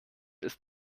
ist